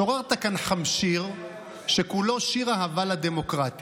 שוררת כאן חמשיר שכולו שיר אהבה לדמוקרטיה.